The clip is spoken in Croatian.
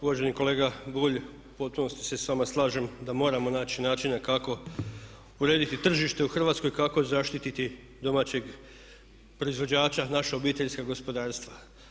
Uvaženi kolega Bulj, u potpunosti se s vama slažem da moramo naći načina kako urediti tržište u Hrvatskoj, kako zaštiti domaćeg proizvođača, naša obiteljska gospodarstva.